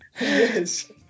Yes